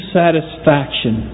satisfaction